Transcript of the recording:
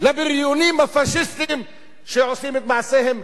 לבריונים הפאשיסטים שעושים את מעשיהם